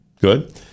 good